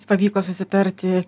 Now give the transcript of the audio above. pavyko susitarti